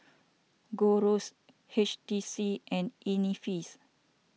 Gold Roast H T C and